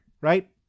Right